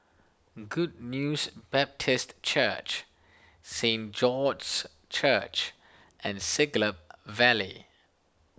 Good News Baptist Church Saint George's Church and Siglap Valley